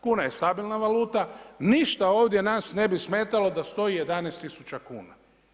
Kuna je stabilna valuta, ništa ovdje nas ne bi smetalo da stoji 11 tisuća kuna.